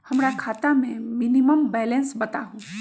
हमरा खाता में मिनिमम बैलेंस बताहु?